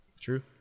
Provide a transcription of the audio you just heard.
True